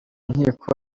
nkiko